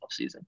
offseason